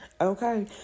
okay